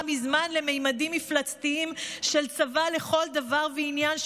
מזמן לממדים מפלצתיים של צבא לכל דבר ועניין,